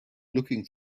looking